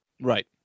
right